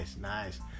nice